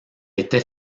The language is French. était